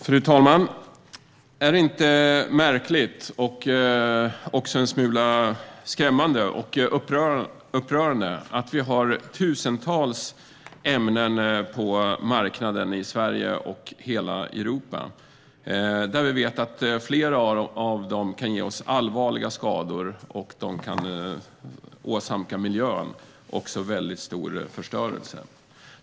Fru talman! Är det inte märkligt och en smula skrämmande och upprörande att vi har tusentals ämnen på marknaden i Sverige och Europa och att flera av dem kan ge oss allvarliga skador och åsamka miljön stor förstörelse?